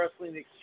Wrestling